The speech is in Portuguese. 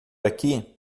aqui